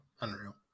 Unreal